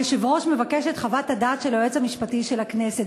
היושב-ראש מבקש את חוות הדעת של היועץ המשפטי של הכנסת.